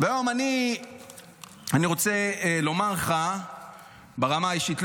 -- והיום אני רוצה לומר לך ברמה האישית,